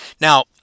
Now